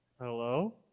Hello